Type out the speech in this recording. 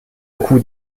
coup